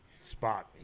Spot